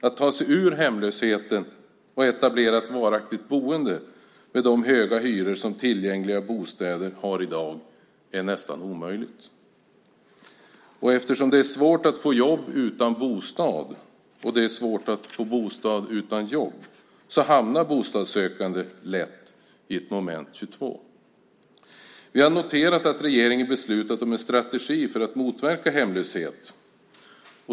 Att ta sig ur hemlösheten och etablera ett varaktigt boende med de höga hyror som tillgängliga bostäder har i dag är nästan omöjligt. Och eftersom det är svårt att få jobb utan bostad och det är svårt att få bostad utan jobb hamnar bostadssökande lätt i ett moment 22. Vi har noterat att regeringen har beslutat om en strategi för att motverka hemlöshet.